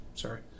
Sorry